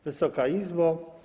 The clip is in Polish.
Wysoka Izbo!